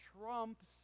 trumps